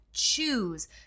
choose